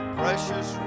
precious